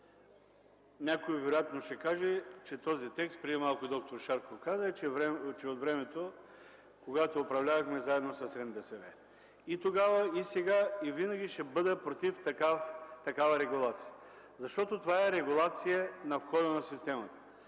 Някой вероятно ще каже, че този текст – преди малко д-р Шарков каза, че е от времето, когато управлявахме заедно с НДСВ. И тогава, и сега, и винаги ще бъда против такава регулация, защото това е регулация на входа на системата.